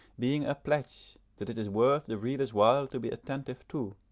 being a pledge that it is worth the reader's while to be attentive too,